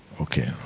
Okay